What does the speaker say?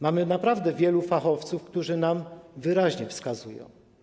Mamy naprawdę wielu fachowców, którzy nam to wyraźnie wskazują.